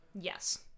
Yes